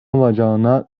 olacağına